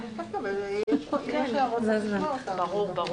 אני אוסיף על מה שינון אמר מהות ההסדר הוא לייצר